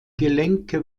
gelenke